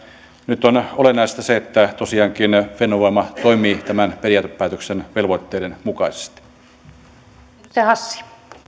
nyt on olennaista se että tosiaankin fennovoima toimii tämän periaatepäätöksen velvoitteiden mukaisesti